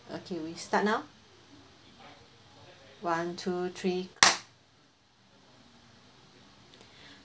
okay we start now one two three